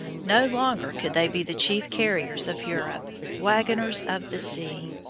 no longer could they be the chief carriers of europe, waggoners of the sea.